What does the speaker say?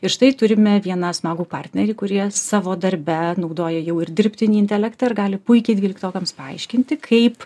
ir štai turime vieną smagų partnerį kurie savo darbe naudoja jau ir dirbtinį intelektą ir gali puikiai dvyliktokams paaiškinti kaip